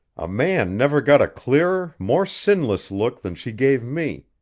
a man never got a clearer, more sinless look than she gave me,